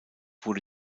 wurde